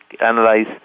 analyze